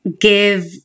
give